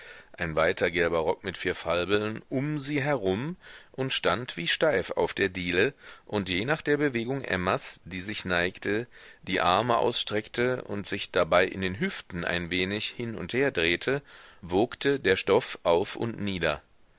ein weiter gelber rock mit vier falbeln um sie herum und stand wie steif auf der diele und je nach der bewegung emmas die sich neigte die arme ausstreckte und sich dabei in den hüften ein wenig hin und her drehte wogte der stoff auf und nieder